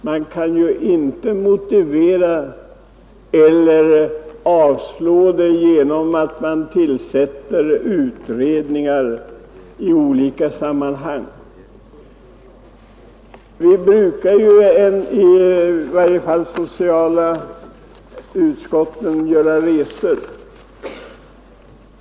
Man kan ju inte lösa problemen genom att tillsätta utredningar i olika sammanhang. Utskotten brukar ju göra resor.